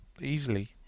easily